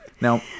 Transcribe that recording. Now